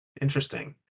interesting